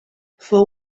fou